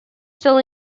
still